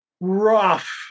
rough